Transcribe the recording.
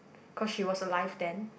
cause she was alive then